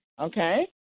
Okay